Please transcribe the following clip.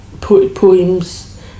poems